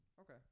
okay